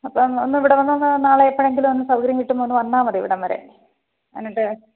അപ്പം ഒന്നിവിടെ വന്നൊന്ന് നാളെ എപ്പഴെങ്കിലും ഒന്ന് സൗകര്യം കിട്ടുമ്പോൾ ഒന്ന് വന്നാൽ മതി ഇവിടം വരെ എന്നിട്ട്